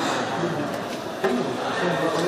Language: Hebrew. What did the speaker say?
לפני כשנתיים אתה,